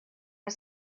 for